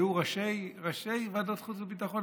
שהיו ראשי ועדת חוץ וביטחון,